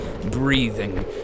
breathing